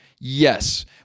Yes